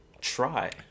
try